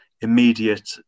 immediate